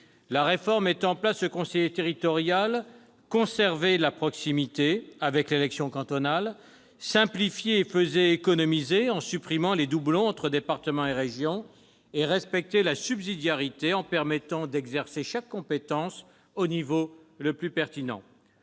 La réforme mettant en place le conseiller territorial conservait la proximité avec l'élection cantonale, simplifiait et faisait économiser en supprimant les doublons entre le département et la région. Elle respectait la subsidiarité en permettant d'exercer chaque compétence à l'échelon le plus pertinent.